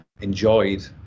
enjoyed